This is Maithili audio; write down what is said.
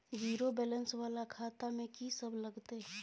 जीरो बैलेंस वाला खाता में की सब लगतै?